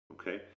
Okay